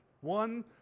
one